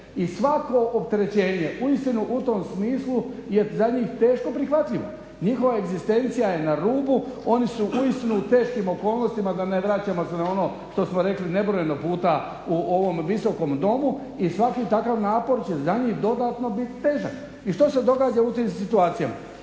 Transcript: I svako opterećenje uistinu u tom smislu je za njih teško prihvatljivo. Njihova egzistencija je na rubu, oni su uistinu u teškim okolnostima da ne vraćamo se na ono što smo rekli nebrojeno puta u ovom visokom domu. I svaki takav napor će za njih dodatno biti težak. I što se događa u tim situacijama?